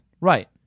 Right